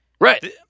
Right